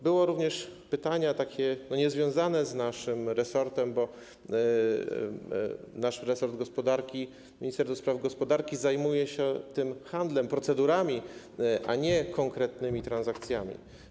Były również pytania niezwiązane z naszym resortem, bo nasz resort gospodarki, minister do spraw gospodarki zajmuje się tym handlem, procedurami, a nie konkretnymi transakcjami.